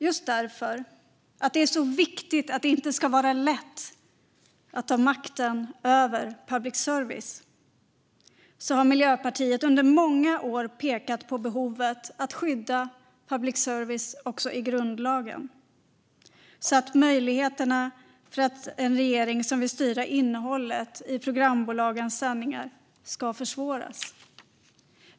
Just därför att det är så viktigt att det inte ska vara lätt att ta makten över public service har Miljöpartiet under många år pekat på behovet av att skydda public service i grundlagen så att möjligheterna för en regering som vill styra innehållet i programbolagens sändningar minskas.